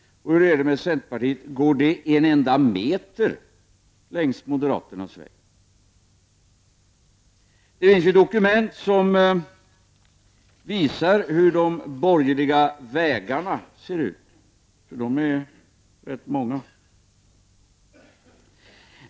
Hur är det med centerpartisterna — går de en enda meter längs moderaternas väg? Det finns dokument som visar hur de borgerliga vägarna ser ut, för de är rätt många.